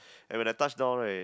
and when I touch down right